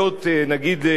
לגייס אותם,